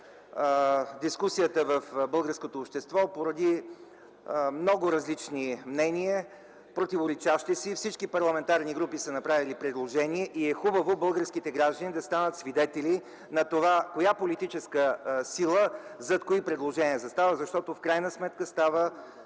Дискусията в българското общество породи много различни, противоречащи си мнения. Всички парламентарни групи са направили предложения и е хубаво българските граждани да станат свидетели на това коя политическа сила зад кои предложения застава, защото в крайна сметка става